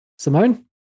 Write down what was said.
Simone